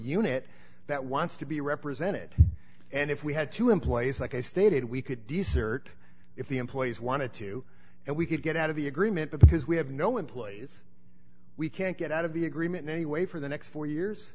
unit that wants to be represented and if we had two employees like i stated we could discern if the employees wanted to and we could get out of the agreement because we have no employees we can't get out of the agreement anyway for the next four years